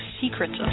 secrets